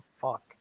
fuck